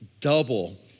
double